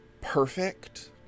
perfect